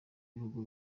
ibihugu